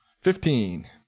Fifteen